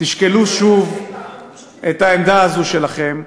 תשקלו שוב את העמדה הזאת שלכם,